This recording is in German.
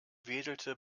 wedelte